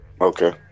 okay